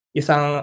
isang